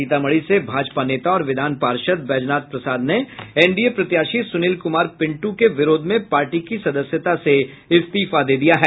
सीतामढ़ी से भाजपा नेता और विधान पार्षद बैजनाथ प्रसाद ने एनडीए प्रत्याशी सुनील कुमार पिंटू के विरोध में पार्टी की सदस्यता से इस्तीफा दे दिया है